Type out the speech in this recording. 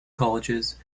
colleges